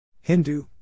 Hindu